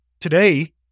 today